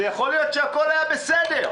ויכול להיות שהכול היה בסדר.